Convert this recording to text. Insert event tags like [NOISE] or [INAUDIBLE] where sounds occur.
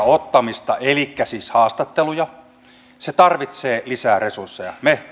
[UNINTELLIGIBLE] ottamista työttömistä elikkä siis haastatteluja se tarvitsee lisää resursseja me